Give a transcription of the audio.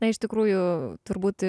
na iš tikrųjų turbūt